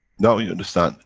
now you understand,